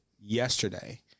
yesterday